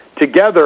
Together